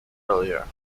earlier